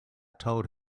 told